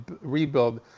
rebuild